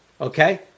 Okay